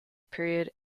period